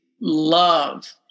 love